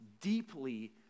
deeply